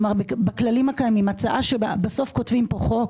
בתנאים הקיימים, הצעה שבסוף כותבים פה חוק,